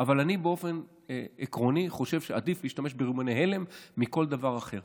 אבל אני באופן עקרוני חושב שעדיף להשתמש ברימוני הלם על פני כל דבר אחר